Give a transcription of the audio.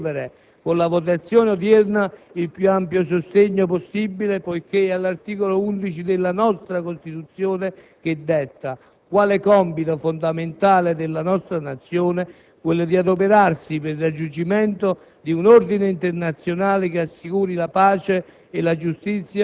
Ancora, il nostro esercito è impegnato a sostenere e controllare l'embargo al traffico di armi ed a contribuire al ristabilimento delle condizioni normali di vita delle popolazioni civili, che hanno subìto tante devastazioni e sofferenze.